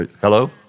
Hello